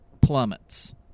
plummets